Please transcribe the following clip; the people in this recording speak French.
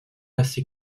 assez